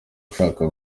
ushaka